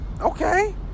Okay